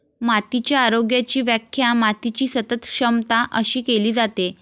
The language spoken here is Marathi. मातीच्या आरोग्याची व्याख्या मातीची सतत क्षमता अशी केली जाते